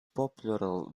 popular